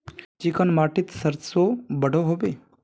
Chicken माटित सरसों बढ़ो होबे?